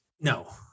No